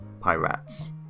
Pirates